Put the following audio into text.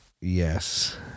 yes